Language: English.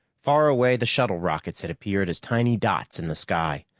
far away, the shuttle rockets had appeared as tiny dots in the sky.